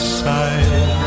side